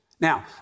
Now